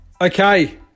Okay